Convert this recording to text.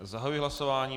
Zahajuji hlasování.